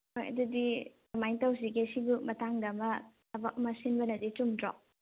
ꯍꯣꯏ ꯑꯗꯨꯗꯤ ꯀꯃꯥꯏꯅ ꯇꯧꯁꯤꯒꯦ ꯑꯁꯤꯒꯤ ꯃꯇꯥꯡꯗ ꯑꯃ ꯊꯕꯛ ꯑꯃ ꯁꯤꯟꯕꯅꯗꯤ ꯆꯨꯝꯗ꯭ꯔꯣ